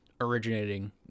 originating